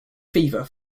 fever